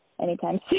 anytime